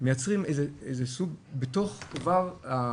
מייצרים איזה סוג בתוך הרכבים,